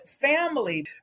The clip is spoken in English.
family